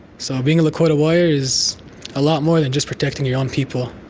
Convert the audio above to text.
so being a lakota warrior is a lot more than just protecting your own people,